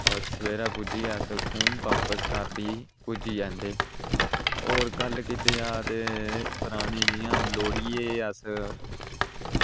ते सबेरै पुज्जियै उत्थां बापस घर पुज्जी जंदे होर कल्ल गी ध्यार जियां लोह्ड़ियै गी अस